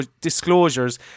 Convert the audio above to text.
disclosures